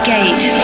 Gate